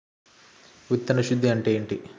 విత్తన శుద్ధి అంటే ఏంటి?